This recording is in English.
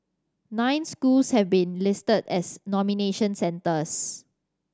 nine schools have been listed as nomination centres